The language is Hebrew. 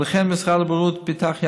ולכן משרד הבריאות פיתח,